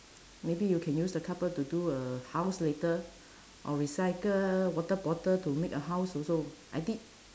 maybe you can use the cardboard to do a house later or recycle water bottle to make a house also I did